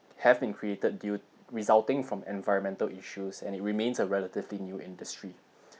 have been created due resulting from environmental issues and it remains a relatively new industry